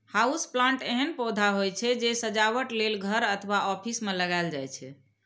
house plant एहन पौधा होइ छै, जे सजावट लेल घर अथवा ऑफिस मे लगाएल जाइ छै